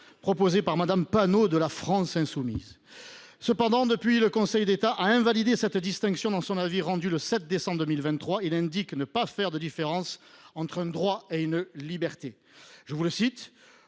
proposé par Mme Panot de La France insoumise. Cependant, depuis, le Conseil d’État a invalidé cette distinction dans son avis rendu le 7 décembre 2023 et indiqué ne pas faire de différence entre un droit et une liberté :« Au vu de